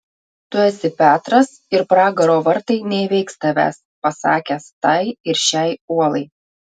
tu esi petras ir pragaro vartai neįveiks tavęs pasakęs tai ir šiai uolai